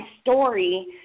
story